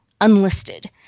Unlisted